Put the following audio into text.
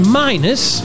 minus